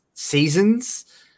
seasons